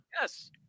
Yes